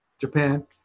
Japan